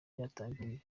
byatangiriye